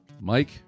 Mike